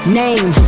name